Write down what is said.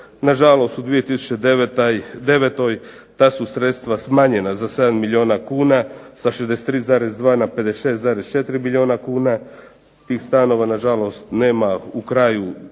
Nažalost, u 2009. ta su sredstva smanjena za 7 milijuna kuna sa 63,2 na 56,4 milijuna kuna. Tih stanova nažalost nema u kraju, u